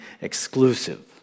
exclusive